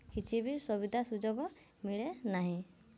କିଛି ବି ସବିଧା ସୁଯୋଗ ମିଳେ ନାହିଁ